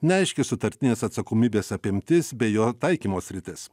neaiški sutartinės atsakomybės apimtis bei jo taikymo sritis